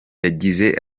yagize